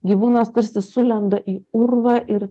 gyvūnas tarsi sulenda į urvą ir